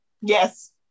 Yes